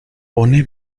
pone